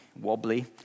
wobbly